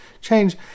change